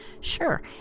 Sure